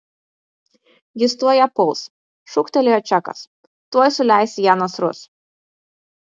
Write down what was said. jis tuoj ją puls šūktelėjo čakas tuoj suleis į ją nasrus